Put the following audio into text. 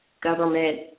government